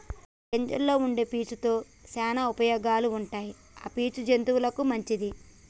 గింజల్లో వుండే పీచు తో శానా ఉపయోగాలు ఉంటాయి ఆ పీచు జంతువులకు మంచిది